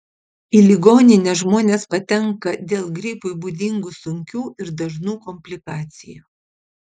į ligoninę žmonės patenka dėl gripui būdingų sunkių ir dažnų komplikacijų